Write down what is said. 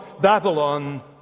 Babylon